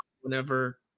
whenever